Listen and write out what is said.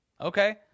okay